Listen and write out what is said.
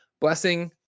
blessing